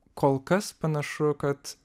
kol kas panašu kad